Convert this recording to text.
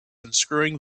unscrewing